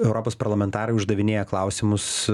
europos parlamentarai uždavinėja klausimus